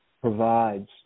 provides